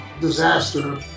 disaster